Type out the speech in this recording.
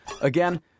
Again